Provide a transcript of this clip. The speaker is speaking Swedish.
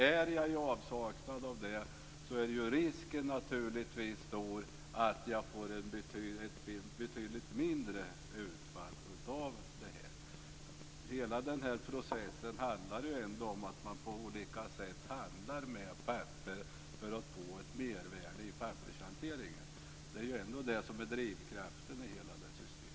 Är jag i avsaknad av det är risken naturligtvis stor att jag får ett betydligt mindre utfall. Hela processen handlar om att man på olika sätt handlar med papper för att få ett mervärde i pappershanteringen. Det är ju ändå det som är drivkraften i hela systemet.